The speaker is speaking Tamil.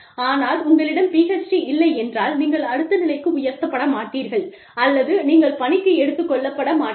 ஆனால் உங்களிடம் பிஎச்டி இல்லையென்றால் நீங்கள் அடுத்த நிலைக்கு உயர்த்தப்பட மாட்டீர்கள் அல்லது நீங்கள் பணிக்கு எடுத்துக் கொள்ளப்பட மாட்டீர்கள்